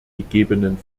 gegebenen